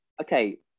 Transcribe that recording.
okay